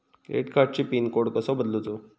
Credit कार्डची pin code कसो बदलुचा?